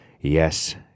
Yes